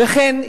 וכן,